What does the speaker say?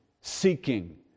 seeking